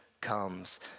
comes